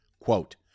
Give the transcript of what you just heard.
Quote